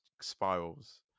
spirals